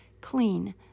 clean